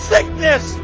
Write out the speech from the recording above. Sickness